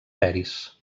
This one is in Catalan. peris